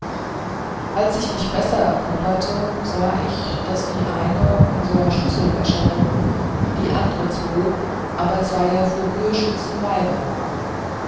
als ich mich besser erkoberte sahe ich daß die eine unser schüsselwäscherin die andre zwo aber zweier furierschützen weiber waren